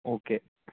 okay